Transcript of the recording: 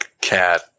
cat